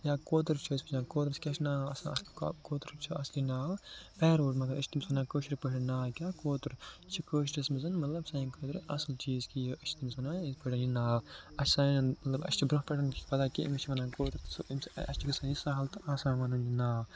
یا کوتُر چھِ أسۍ وُچھان کوتٕرَس کیٛاہ چھِ ناو اَصٕل کو کوتٕرَس چھِ اصٕلی ناو پٮ۪روٹ مگر أسۍ چھِ تٔمِس وَنان کٲشِر پٲٹھۍ ناو کیٛاہ کوتُر چھِ کٲشِرِس منٛز مطلب سانہِ خٲطرٕ اَصٕل چیٖز کہ یہِ أسۍ چھِ تٔمِس وَنان یِتھ پٲٹھۍ یہِ ناو اَسہِ چھِ سانیٚن مطلب اَسہِ چھِ برونٛہہ پٮ۪ٹھ پتہ کہ أمِس چھِ وَنان کوتُر سُہ اَسہِ چھِ گژھان یہِ سہل تہٕ آسان وَنُن یہِ ناو